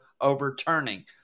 overturning